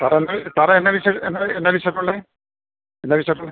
സാറെന്ത് സാറേ എന്നാ എന്നാ എന്നാ വിശേഷം ഉള്ളത് എന്താ വിശേഷം